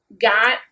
Got